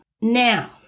Now